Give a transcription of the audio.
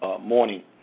morning